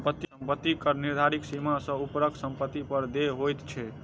सम्पत्ति कर निर्धारित सीमा सॅ ऊपरक सम्पत्ति पर देय होइत छै